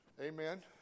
Amen